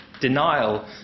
denial